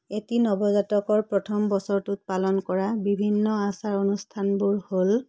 এটি নৱজাতকৰ প্ৰথম বছৰটোত পালন কৰা বিভিন্ন আচাৰ অনুষ্ঠানবোৰ হ'ল